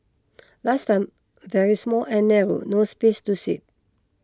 last time very small and narrow no space to sit